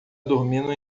dormindo